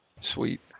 Sweet